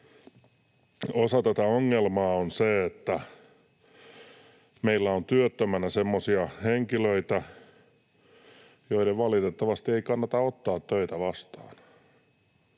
osa tätä ongelmaa on se, että meillä on työttöminä semmoisia henkilöitä, joiden valitettavasti ei kannata ottaa töitä vastaan.